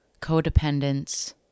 codependence